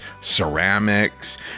ceramics